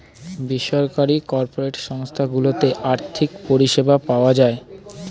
বেসরকারি কর্পোরেট সংস্থা গুলোতে আর্থিক পরিষেবা পাওয়া যায়